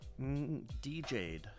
DJed